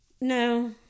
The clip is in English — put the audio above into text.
no